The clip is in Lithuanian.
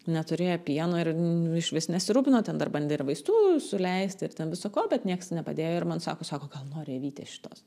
neturėjo pieno ir nu išvis nesirūpino ten dar bandė ir vaistų suleisti ir ten viso ko bet nieks nepadėjo ir man sako sako gal nori avytės šitos